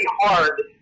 hard